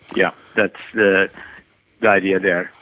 yeah that's the the idea there.